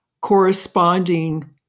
corresponding